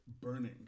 burning